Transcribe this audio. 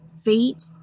feet